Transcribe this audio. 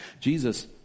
Jesus